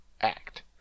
act